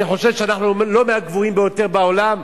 אני חושב שאנחנו לא מהגבוהים ביותר בעולם,